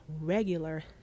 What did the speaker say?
regular